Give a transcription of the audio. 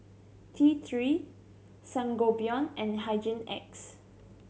T Three Sangobion and Hygin X